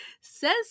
says